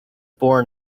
born